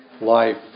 life